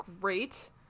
great